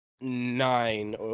nine